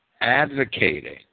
advocating